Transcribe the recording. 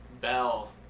Bell